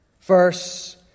Verse